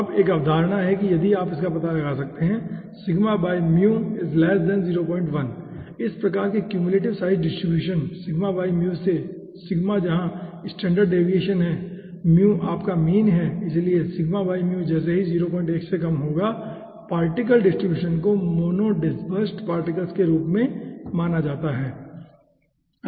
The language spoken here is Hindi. अब एक अवधारणा है कि यदि आप इसका पता लगा सकते हैं इस प्रकार के क्युमुलेटिव साइज डिस्ट्रीब्यूशन σ बाई µ से σ जहां स्टैण्डर्ड डेविएशन है और µ आपका मीन है इसलिए σ बाई µ जैसे ही 01 से कम होगा पार्टिकल डिस्ट्रीब्यूशन को मोनो डिस्पेर्सेड पार्टिकल्स के रूप में माना जाता है ठीक है